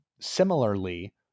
similarly